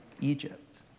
Egypt